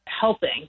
helping